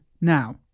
Now